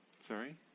Sorry